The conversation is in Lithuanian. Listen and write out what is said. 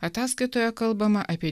ataskaitoje kalbama apie